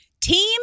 Team